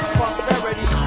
prosperity